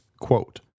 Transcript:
quote